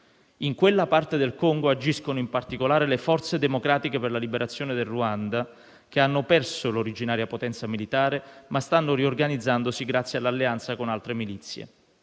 In quella parte del Congo agiscono, in particolare, le forze democratiche per la liberazione del Ruanda, che hanno perso l'originaria potenza militare, ma stanno riorganizzandosi grazie all'alleanza con altre milizie.